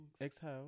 Exhale